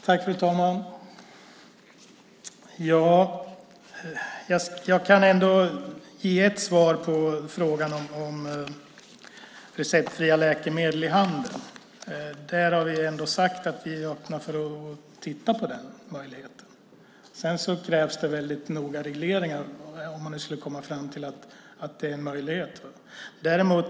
Fru ålderspresident! Jag kan ge ett svar på frågan om receptfria läkemedel i handeln. Där har vi sagt att vi öppnar för att titta på möjligheten. Sedan krävs väldigt noggranna regleringar om man skulle komma fram till att det finns en möjlighet.